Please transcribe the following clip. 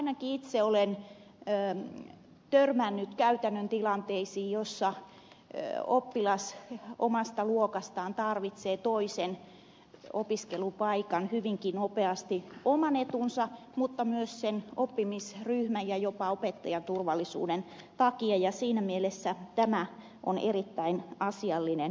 ainakin itse olen törmännyt käytännön tilanteisiin joissa oppilas omasta luokastaan tarvitsee toisen opiskelupaikan hyvinkin nopeasti oman etunsa mutta myös sen oppimisryhmän ja jopa opettajan turvallisuuden takia ja siinä mielessä tämä on erittäin asiallinen muutos